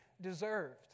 deserved